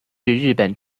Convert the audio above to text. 日本